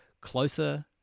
Closer